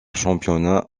championnat